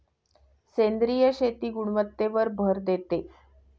सेंद्रिय शेती गुणवत्तेवर भर देते